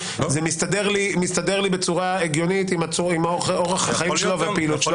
זה מסתדר לי בצורה הגיונית עם אורח החיים שלו והפעילות שלו.